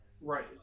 Right